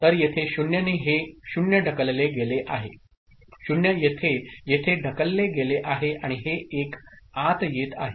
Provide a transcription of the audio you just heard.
तर येथे 0 ने हे 0 ढकलले गेले आहे 0 येथे येथे ढकलले गेले आहे आणि हे 1 आत येत आहे